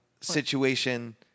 situation